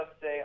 say